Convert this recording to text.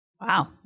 Wow